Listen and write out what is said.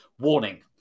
warning